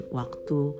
waktu